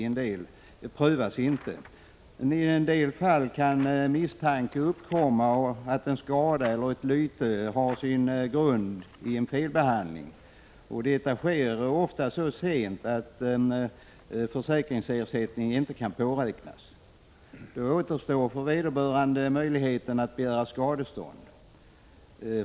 I en del fall kan misstanke uppkomma att en skada eller — Prot. 1985/86:141 ett lyte har sin grund i en felbehandling. Det sker ofta så sent att 14 maj 1986 försäkringsersättning inte kan påräknas. Då återstår för vederbörande möjligheten att begära skadestånd.